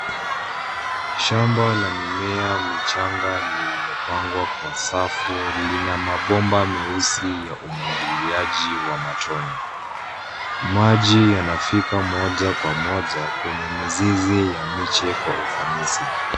Shamba la mimea michanga lililopangwa kwa safu lina mabomba meusi ya umwagiliaji wa matone. Maji yanafika moja kwa moja kwenye mizizi ya miche kwa ufanisi.